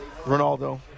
Ronaldo